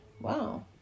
wow